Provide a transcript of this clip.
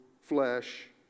flesh